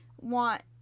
want